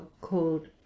called